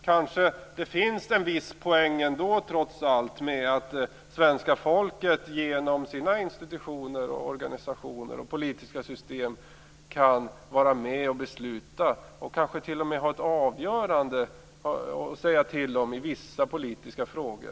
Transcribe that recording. Kanske finns det trots allt en viss poäng med att svenska folket genom sina institutioner, organisationer och politiska system kan vara med och besluta och kanske t.o.m. ha ett avgörande inflytande i vissa politiska frågor.